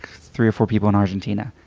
three or four people in argentina,